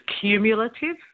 cumulative